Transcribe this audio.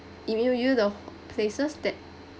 E-mail you the places that